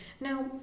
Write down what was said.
Now